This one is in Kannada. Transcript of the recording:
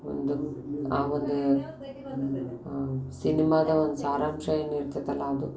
ಒಂದು ಆ ಒಂದು ಸಿನಿಮಾದ ಒಂದು ಸಾರಾಂಶ ಏನು ಇರ್ತದಲ್ಲ ಅದು